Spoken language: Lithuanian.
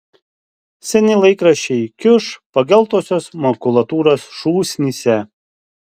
seni laikraščiai kiuš pageltusios makulatūros šūsnyse